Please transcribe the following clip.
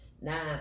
Now